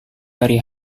dari